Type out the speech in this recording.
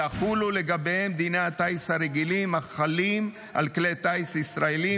יחולו לגביהם דיני הטיס הרגילים החלים על כלי טיס ישראליים,